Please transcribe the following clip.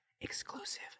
exclusive